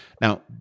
Now